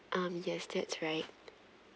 um yes that's right